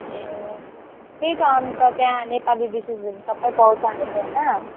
ए त्यही त अन्त त्यहाँ नेपाली डिसेसहरू सबै पाउँछ अहिले होइन